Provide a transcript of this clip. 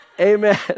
amen